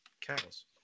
Cows